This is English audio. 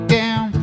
down